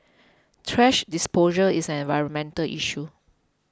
thrash disposal is an environmental issue